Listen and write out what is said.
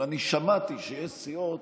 אבל אני שמעתי שיש סיעות